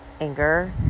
anger